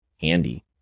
handy